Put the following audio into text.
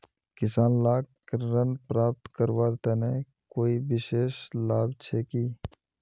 किसान लाक ऋण प्राप्त करवार तने कोई विशेष लाभ छे कि?